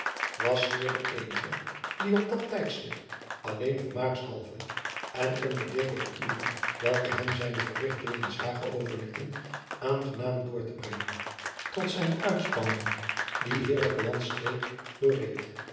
was schier de eenige die op dat tijdstip alleen vermaakshalve en om de ledige uren welke hem zijne verrichtingen in s hage overlieten aangenaam doortebrengen tot zijne uitspanning die heerlijke landstreek doorreed